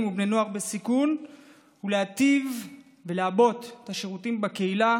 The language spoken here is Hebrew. ובני נוער בסיכון ולהיטיב ולעבות את השירותים בקהילה